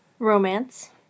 Romance